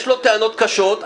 יש לו טענות קשות,